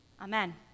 Amen